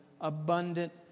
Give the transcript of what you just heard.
Abundant